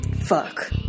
fuck